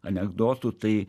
anekdotų tai